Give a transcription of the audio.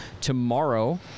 tomorrow